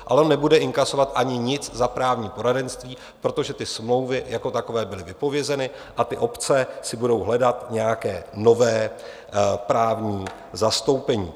Ale on nebude inkasovat nic ani za právní poradenství, protože ty smlouvy jako takové byly vypovězeny a ty obce si budou hledat nějaké nové právní zastoupení.